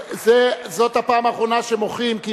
זאת הפעם האחרונה שמוחאים כפיים,